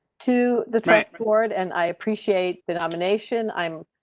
to the transport and i appreciate the nomination. i'm.